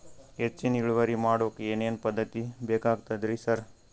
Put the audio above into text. ಹೆಚ್ಚಿನ್ ಇಳುವರಿ ಮಾಡೋಕ್ ಏನ್ ಏನ್ ಪದ್ಧತಿ ಮಾಡಬೇಕಾಗ್ತದ್ರಿ ಸರ್?